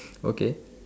okay